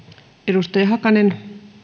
edustaja hakanen